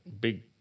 big